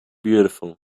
beautiful